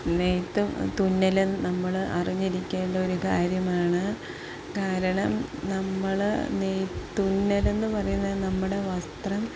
നെയ്ത്തും തുന്നലും നമ്മള് അറിഞ്ഞിരിക്കേണ്ട ഒരു കാര്യമാണ് കാരണം നമ്മള് തുന്നലെന്ന് പറയുന്നത് നമ്മുടെ വസ്ത്രം